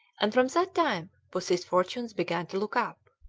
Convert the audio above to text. and from that time pussy's fortunes began to look up.